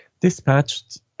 dispatched